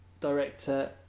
director